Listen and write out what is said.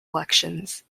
elections